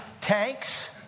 tanks